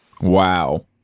Wow